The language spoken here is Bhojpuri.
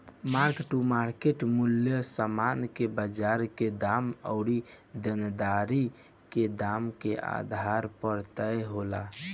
मार्क टू मार्केट मूल्य समान के बाजार के दाम अउरी देनदारी के दाम के आधार पर तय होला